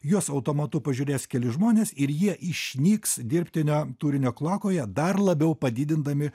juos automatu pažiūrės keli žmonės ir jie išnyks dirbtinio turinio kloakoje dar labiau padidindami